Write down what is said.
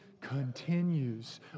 continues